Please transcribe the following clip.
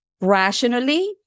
rationally